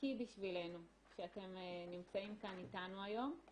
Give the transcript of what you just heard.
ענקי בשבילנו שאתם נמצאים כאן איתנו היום,